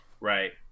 Right